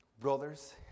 Brothers